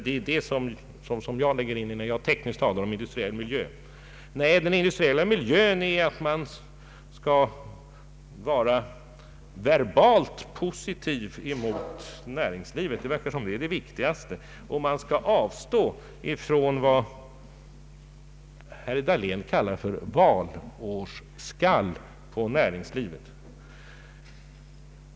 Detta lägger jag rent tekniskt in i begreppet när jag talar om industriell miljö. Men enligt herr Dahléns uppfattning innebär industriell miljö att man skall vara verbalt positiv mot näringslivet. Det verkar som om detia är det viktigaste, samt att vi skulle avstå från vad herr Dahlén kallar valårsskall på näringslivet.